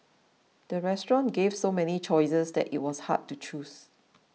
the restaurant gave so many choices that it was hard to choose